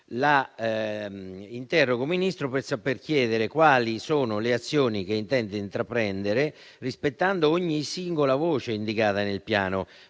la interrogo dunque per sapere quali sono le azioni che intende intraprendere, rispettando ogni singola voce indicata nel piano,